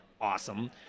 Awesome